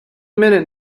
minute